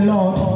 Lord